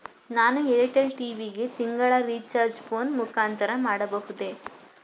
ನಾನು Airtel TV ಗೆ ತಿಂಗಳ ರಿಚಾರ್ಜ್ ಫೋನ್ ಮುಖಾಂತರ ಮಾಡಬಹುದೇ?